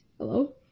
Hello